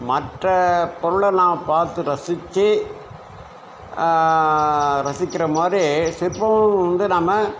மற்ற பொருளை நான் பார்த்து ரசிச்சு ரசிக்கிற மாதிரி சிற்பமும் வந்து நம்ம